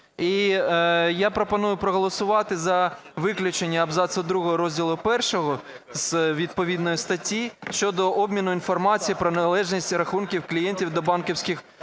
я пропоную проголосувати за виключення абзацу другого розділу І відповідної статті щодо обміну інформацією про належність рахунків клієнтів до банківських